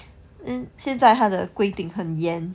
mm 现在他的规定很严